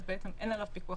ואין עליו פיקוח